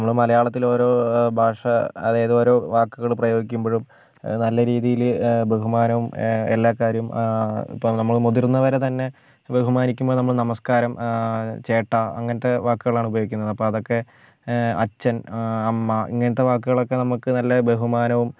നമ്മൾ മലയാളത്തിൽ ഓരോ ഭാഷ അതായത് ഓരോ വാക്കുകൾ പ്രയോഗിക്കുമ്പോഴും നല്ല രീതിയിൽ ബഹുമാനവും എല്ലാ കാര്യവും ഇപ്പം നമ്മൾ മുതിർന്നവരെ തന്നെ ബഹുമാനിക്കുമ്പം നമ്മൾ നമസ്കാരം ചേട്ടാ അങ്ങനത്തെ വാക്കുകളാണ് ഉപയോഗിക്കുന്നത് അപ്പം അതൊക്കെ അച്ഛൻ അമ്മ ഇങ്ങനത്തെ വാക്കുകളൊക്കെ നമുക്ക് നല്ല ബഹുമാനവും